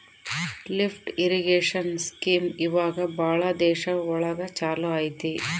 lift irrigation scheme ಇವಾಗ ಭಾಳ ದೇಶ ಒಳಗ ಚಾಲೂ ಅಯ್ತಿ